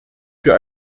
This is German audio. für